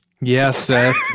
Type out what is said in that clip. Yes